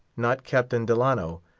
not captain delano,